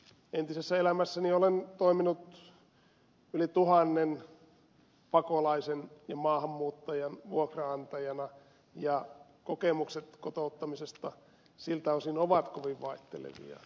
entisessä elämässäni olen toiminut yli tuhannen pakolaisen ja maahanmuuttajan vuokranantajana ja kokemukset kotouttamisesta siltä osin ovat kovin vaihtelevia